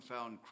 found